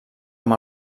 amb